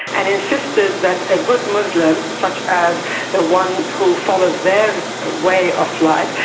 and insisted that a good muslim, such as the one who follows their way of life,